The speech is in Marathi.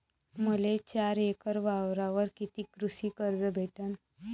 मले चार एकर वावरावर कितीक कृषी कर्ज भेटन?